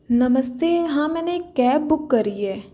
नमस्ते हाँ मैंने एक कैब बुक करी है